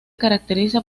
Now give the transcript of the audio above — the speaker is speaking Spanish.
caracteriza